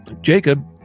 Jacob